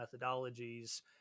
methodologies